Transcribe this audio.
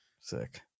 Sick